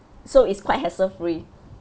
so it's quite hassle-free